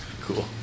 Cool